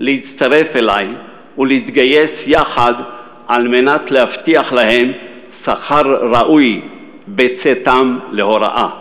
להצטרף אלי ולהתגייס יחד כדי להבטיח להם שכר ראוי בצאתם להוראה,